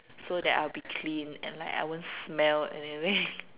so that I'll be clean and like I won't smell anything